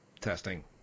testing